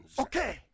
Okay